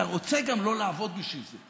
אתה רוצה גם לא לעבוד בשביל זה,